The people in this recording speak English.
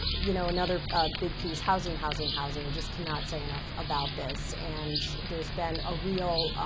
you know, another big piece, housing, housing, housing. we just cannot say enough about this. and there's been a real